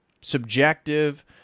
subjective